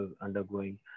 undergoing